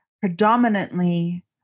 predominantly